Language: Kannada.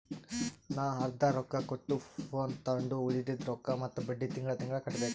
ನಾ ಅರ್ದಾ ರೊಕ್ಕಾ ಕೊಟ್ಟು ಫೋನ್ ತೊಂಡು ಉಳ್ದಿದ್ ರೊಕ್ಕಾ ಮತ್ತ ಬಡ್ಡಿ ತಿಂಗಳಾ ತಿಂಗಳಾ ಕಟ್ಟಬೇಕ್